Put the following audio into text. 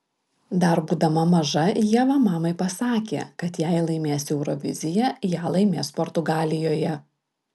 dar būdama maža ieva mamai pasakė kad jei laimės euroviziją ją laimės portugalijoje